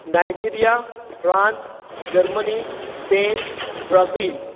Nigeria France Germany Spain Brazil